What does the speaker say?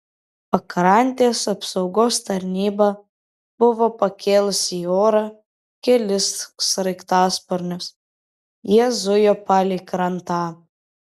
pakrantės apsaugos tarnyba buvo pakėlusi į orą kelis sraigtasparnius jie zujo palei krantą